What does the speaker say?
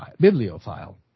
bibliophile